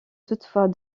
toutefois